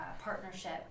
partnership